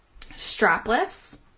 strapless